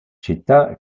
città